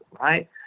right